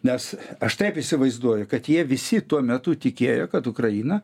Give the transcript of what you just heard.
nes aš taip įsivaizduoju kad jie visi tuo metu tikėjo kad ukraina